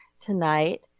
tonight